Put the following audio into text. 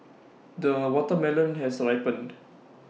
the watermelon has ripened